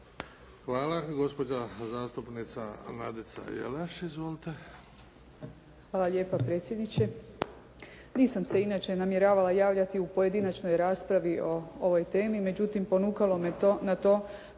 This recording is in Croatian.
Hvala. Gospođa zastupnica Nadica Jelaš. Izvolite. **Jelaš, Nadica (SDP)** Hvala lijepa predsjedniče. Nisam se inače namjeravala javljati u pojedinačnoj raspravi o ovoj temi, međutim ponukalo me na to